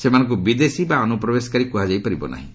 ସେମାନଙ୍କୁ ବିଦେଶୀ ବା ଅନୁପ୍ରବେଶକାରୀ କୁହାଯାଇ ପାରିବ ନାହିଁ